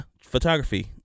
photography